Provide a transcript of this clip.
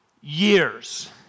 years